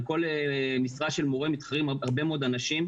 על כל משרה של מורה מתחרים הרבה מאוד אנשים.